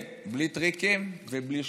כן, בלי טריקים ובלי שטיקים.